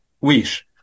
wish